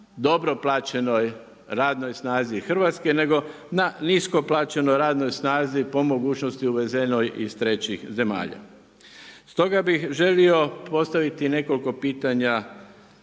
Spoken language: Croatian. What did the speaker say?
dobro plaćenoj radnoj snazi Hrvatske, nego na nisko plaćeno radnoj snazi po mogućnosti uvezeno iz trećih zemalja. Stoga bi želio postaviti nekoliko pitanja